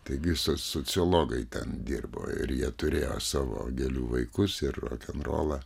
taigi so sociologai ten dirbo ir jie turėjo savo gėlių vaikus ir rokenrolą